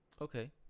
Okay